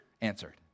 answered